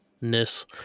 Ness